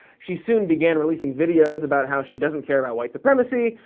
she soon began releasing videos about how she doesn't care about white supremacy,